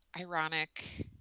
ironic